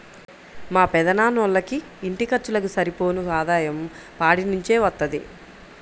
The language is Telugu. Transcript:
మా పెదనాన్నోళ్ళకి ఇంటి ఖర్చులకు సరిపోను ఆదాయం పాడి నుంచే వత్తది